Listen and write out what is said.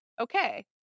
okay